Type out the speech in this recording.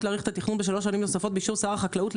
להאריך את התכנון בשלוש שנים נוספות באישור שר החקלאות,